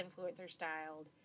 influencer-styled